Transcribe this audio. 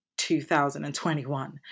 2021